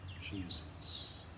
Jesus